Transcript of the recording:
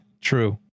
true